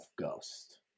Ghost